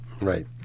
right